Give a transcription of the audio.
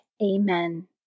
Amen